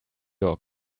your